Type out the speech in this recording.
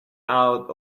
out